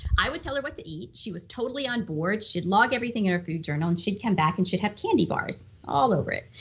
i would tell her what to eat, she was totally on board, she'd log everything in her food journal, and she'd come back and she'd have candy bars all over it.